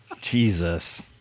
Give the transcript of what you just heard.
Jesus